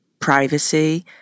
privacy